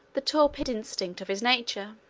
the torpid instinct of his nature.